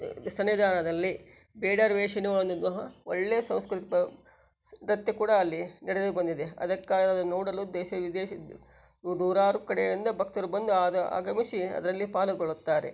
ಸನ್ನಿಧಾನದಲ್ಲಿ ಬೇಡರ ವೇಷನು ಒಳ್ಳೆಯ ಸಾಂಸ್ಕೃತಿಕ ನೃತ್ಯ ಕೂಡ ಅಲ್ಲಿ ನಡೆದು ಬಂದಿದೆ ಅದಕ್ಕೆ ನೋಡಲು ದೇಶ ವಿದೇಶ ನೂರಾರು ಕಡೆಯಿಂದ ಭಕ್ತರು ಬಂದು ಅದು ಅಗಮಿಸಿ ಅದರಲ್ಲಿ ಪಾಲುಗೊಳ್ಳುತ್ತಾರೆ